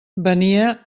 venia